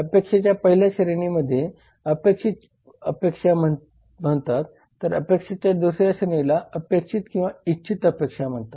अपेक्षेच्या पहिल्या श्रेणीला अपेक्षित अपेक्षा म्हणतात तर अपेक्षेच्या दुसऱ्या श्रेणीला अपेक्षित किंवा इच्छित अपेक्षा म्हणतात